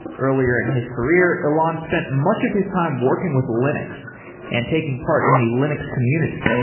earlier in his career ilan spent much of his time working with linux and taking part in the linux community.